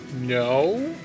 No